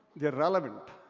they're relevant.